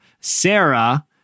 Sarah